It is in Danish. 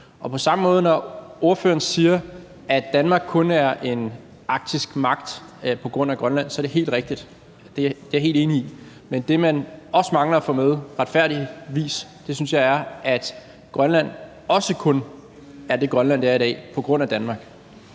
helt rigtigt, når ordføreren siger, at Danmark kun er en arktisk magt på grund af Grønland – det er jeg helt enig i – men det, man retfærdigvis også mangler at få med, synes jeg, er, at Grønland også kun er det Grønland, det er i dag, på grund af Danmark.